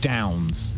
Downs